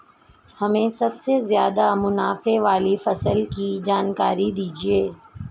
हमें सबसे ज़्यादा मुनाफे वाली फसल की जानकारी दीजिए